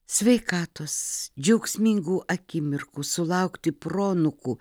sveikatos džiaugsmingų akimirkų sulaukti proanūkų